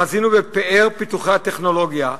חזינו בפאר פיתוחי הטכנולוגיה,